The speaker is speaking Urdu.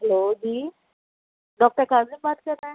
ہیلو جی ڈاکٹر کاظم بات کر رہے ہیں